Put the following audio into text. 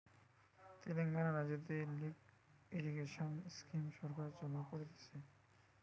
তেলেঙ্গানা রাজ্যতে lift irrigation scheme সরকার চালু করতিছে